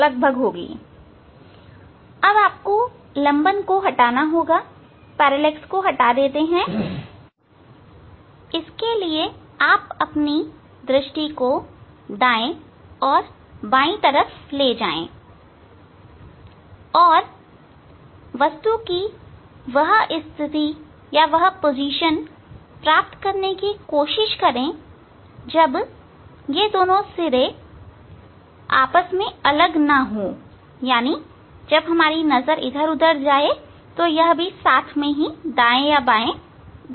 अब आपको लंबन को हटाना होगा इसके लिए आप अपनी दृष्टि को दाएं और बाएं तरफ ले जाएं और वस्तु की वह स्थिति प्राप्त करने की कोशिश करें जब यह दोनों सिरे अलग ना हो अर्थात् यह दोनों साथ में दाएं और बाएं घूमे